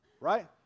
right